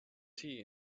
tea